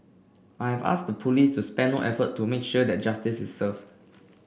I have asked the police to spare no effort to make sure that justice is served